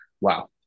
wow